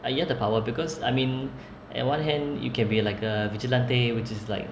I get the power because I mean on one hand you can be like a vigilante which is like